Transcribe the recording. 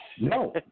no